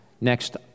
next